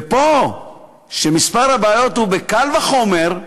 ופה, כשמספר הבעיות הוא בקל וחומר,